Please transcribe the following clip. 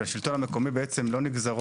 ולשלטון המקומי בעצם לא נגזרים